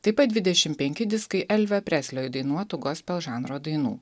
taip pat dvidešim penki diskai elvio preslio įdainuotų gospel žanro dainų